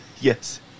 Yes